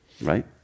right